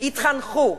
התחנכו,